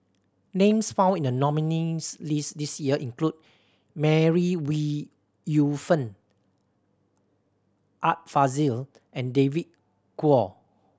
names found in the nominees' list this year include Mary Ooi Yu Fen Art Fazil and David Kwo